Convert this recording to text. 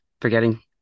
forgetting